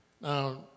Now